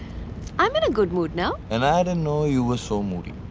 i mean a good mood now. and i didn't know you were so moody.